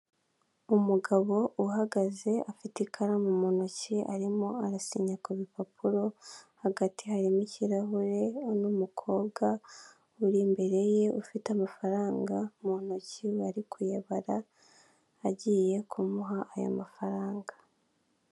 Umugabo uhagaze afite ikaramu mu ntoki arimo arasinya ku bipapuro, hagati harimo ikirahure n'umukobwa uri imbere ye ufite amafaranga mu ntoki ariko yababara, agiye kumuha aya mafaranga.